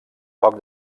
poc